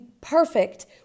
perfect